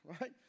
right